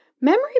memory